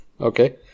Okay